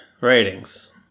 Ratings